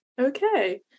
Okay